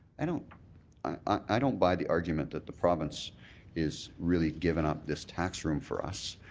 i don't i don't buy the argument that the province is really given up this tax room for us.